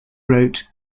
wrote